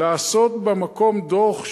לתת בַּמקום דוח,